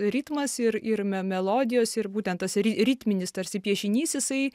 ritmas ir ir me melodijos ir būtent tas ri ritminis tarsi piešinys jisai